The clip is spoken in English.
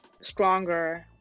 stronger